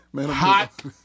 hot